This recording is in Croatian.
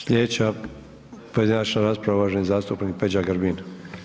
Slijedeća pojedinačna rasprava uvaženi zastupnik Peđa Grbin.